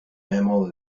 emil